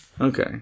Okay